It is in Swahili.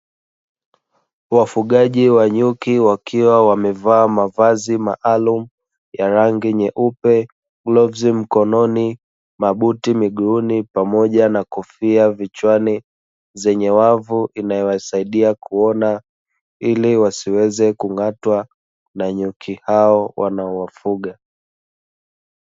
Wafugaji wa nyuki wakiwa wamevaa mavazi maalumu, ya rangi nyeupe, glavu mikononi, mabuti miguuni pamoja na kofia vichwani zenye wavu inayowasaidia kuona, ili wasiweze kung'atwa na nyuki hao wanaowafuga.